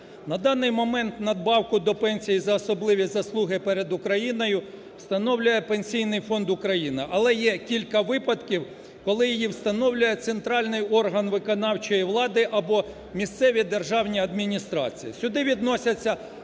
На даний момент надбавку до пенсії за особливі заслуги перед Україною встановлює Пенсійний фонд України. Але є кілька випадків, коли її встановлює центральний орган виконавчої влади або місцеві державні адміністрації,